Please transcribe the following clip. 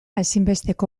ezinbesteko